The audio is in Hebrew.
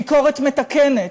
ביקורת מתקנת,